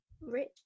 rich